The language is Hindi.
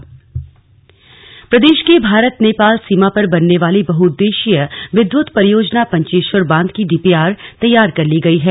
स्लग वाप्कोस प्रदेश के भारत नेपाल सीमा पर बनने वाली बहुउद्देश्यीय विद्युत परियोजना पंचेश्वर बांध की डीपीआर तैयार कर ली गई है